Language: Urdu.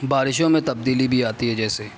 بارشوں میں تبدیلی بھی آتی ہے جیسے